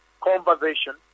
conversation